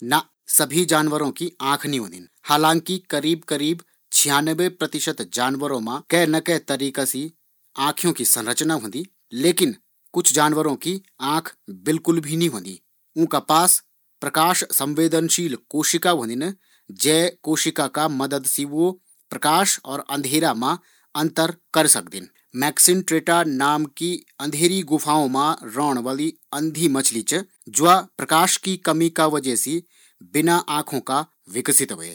ना, सब्बी जानवरू की आँख नी होदिन। हालांकि छियानबे प्रतिशत जानवरो की आँख होंदिन, परन्तु कुछ जानवरो की आँख नी होदिन लेकिन उंका पास प्रकाश सवेदनशील कोशिका होदिन जु उन्ते प्रकाश और अंधेरा मा फर्क कन्न मा मदद करदिन